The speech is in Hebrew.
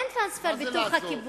אין טרנספר בתוך הכיבוש.